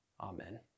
Amen